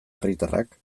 herritarrak